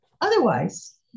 Otherwise